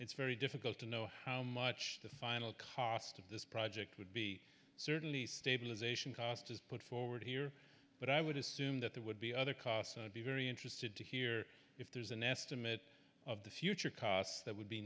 it's very difficult to know how much the final cost of this project would be certainly stabilisation cost is put forward here but i would assume that there would be other costs and i'd be very interested to hear if there's an estimate of the future costs that would be